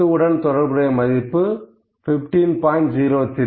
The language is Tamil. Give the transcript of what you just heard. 10 உடன் தொடர்புடைய மதிப்பு 15